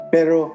Pero